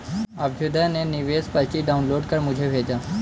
अभ्युदय ने निवेश पर्ची डाउनलोड कर मुझें भेजा